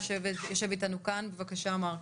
בבקשה מרק.